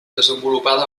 desenvolupada